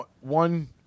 one